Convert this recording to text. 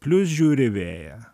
plius žiūri vėją